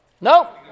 No